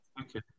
okay